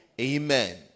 Amen